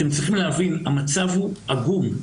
אתם צריכים להבין, המצב הוא עגום.